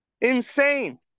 insane